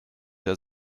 der